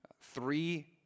three